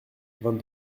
vingt